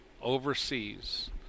overseas